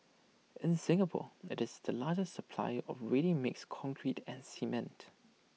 in Singapore IT is the largest supplier of ready mixed concrete and cement